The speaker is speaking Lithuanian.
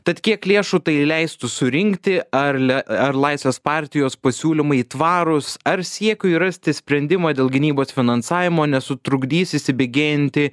tad kiek lėšų tai leistų surinkti ar le ar laisvės partijos pasiūlymai tvarūs ar siekiui rasti sprendimą dėl gynybos finansavimo nesutrukdys įsibėgėjanti